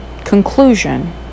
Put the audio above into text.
conclusion